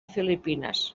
filipines